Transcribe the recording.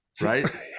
right